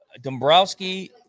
Dombrowski